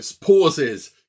pauses